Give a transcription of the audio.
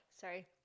Sorry